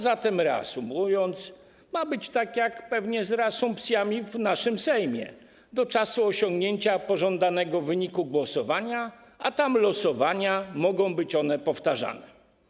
Zatem reasumując, ma być tak jak pewnie z reasumpcjami w naszym Sejmie do czasu osiągnięcia pożądanego wyniku głosowania, a tam losowania mogą być powtarzane.